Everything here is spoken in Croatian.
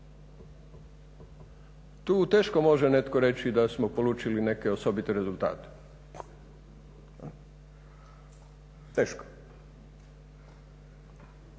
Tu teško netko može reći da smo polučili neke osobite rezultate, teško.